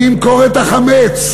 מי ימכור את חמץ?